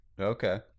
Okay